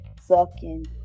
sucking